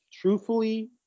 truthfully